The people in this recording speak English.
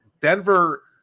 Denver